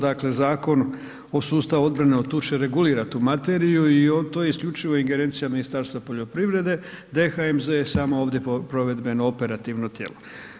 Dakle, Zakon o sustavu odbrane od tuče regulira tu materiju i to je isključivo ingerencija Ministarstva poljoprivrede da je DHMZ samo ovdje provedbeno operativno tijelo.